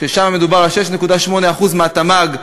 ששם מדובר על 6.8% מהתמ"ג,